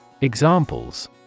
Examples